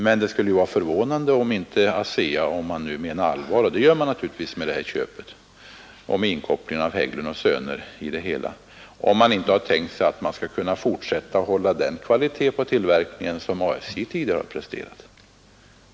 Men det skulle ju vara förvånande, om inte ASEA — om man nu menar allvar med det här köpet och med inkopplingen av Hägglund & Söner i det hela, och det gör man naturligtvis — har tänkt sig att man skulle kunna fortsätta att hålla den kvalitet på tillverkningen som ASJ tidigare har presterat.